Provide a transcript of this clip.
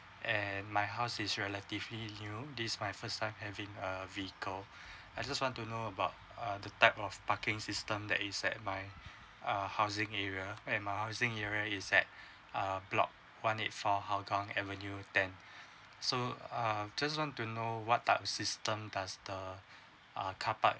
and my house is relatively new this my first time having a vehicle I just want to know about uh the type of parking system that is that my err housing area and my housing area is at uh block one eight four hougang avenue ten so uh just want to know what type system does the uh car park